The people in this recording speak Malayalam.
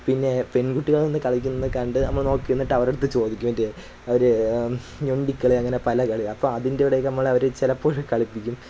പിന്നേ പെൺകുട്ടികളെന്നു കളിക്കുന്ന കണ്ട് നമ്മൾ നോക്കിനിന്നിട്ട് അവരടുത്ത് ചോദിക്കും ട്യേ ഒരു ഞൊണ്ടിക്കളി അങ്ങനെ പല കളി അപ്പം അതിൻ്റെയിടക്ക് നമ്മൾ അവർ ചിലപ്പോൾ കളിപ്പിക്കും